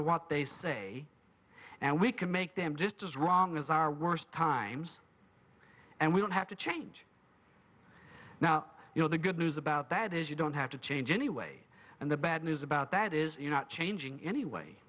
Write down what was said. to what they say and we can make them just as wrong as our worst times and we don't have to change now you know the good news about that is you don't have to change anyway and the bad news about that is you're not changing anyway